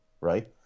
Right